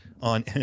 on